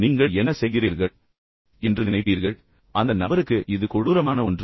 நீங்கள் என்ன செய்கிறீர்கள் என்று நினைப்பீர்கள் அந்த நபருக்கு கொடூரமான ஒன்று